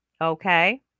okay